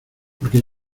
porque